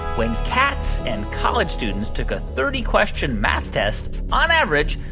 when cats and college students took a thirty question math test, on average,